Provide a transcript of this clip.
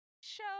show